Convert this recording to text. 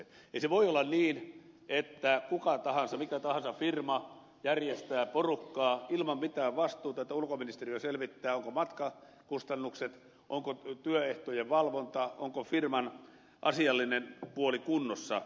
ei se voi olla niin että kuka tahansa ja mikä tahansa firma järjestää porukkaa ilman mitään vastuuta ja ulkoministeriö selvittää ovatko matkakustannukset onko työehtojen valvonta onko firman asiallinen puoli kunnossa